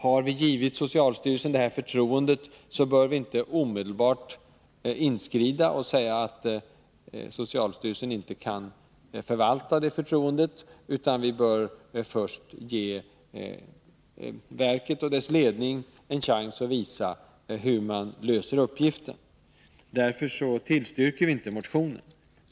Har vi givit socialstyrelsen det här förtroendet, bör vi inte omedelbart inskrida och säga att socialstyrelsen inte kan förvalta det. Vi bör ge verket och dess ledning en chans att visa hur man löser uppgiften. Därför tillstyrker vi inte motionen.